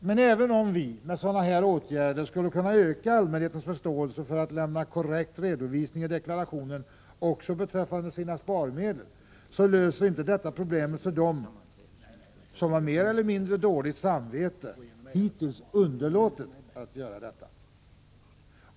Men även om vi med sådana här åtgärder skulle kunna öka allmänhetens förståelse för att en korrekt redovisning skall lämnas i deklarationen också beträffande sparmedel, löser inte det här problemet för dem som med mer eller mindre dåligt samvete hittills underlåtit att göra detta.